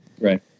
right